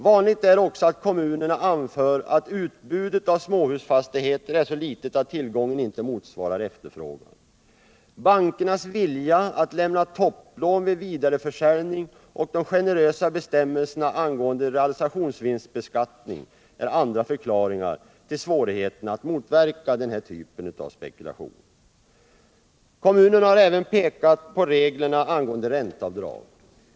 Vanligt är också att kommunerna anför att utbudet av småhusfastigheter är så litet att tillgången inte motsvarar efterfrågan. Bankernas vilja att lämna topplån vid vidareförsäljning och de generösa bestämmelserna för realisationsvinstbeskattning är andra förklaringar till svårigheterna att motverka spekulation. Kommunerna har även pekat på reglerna angående ränteavdrag.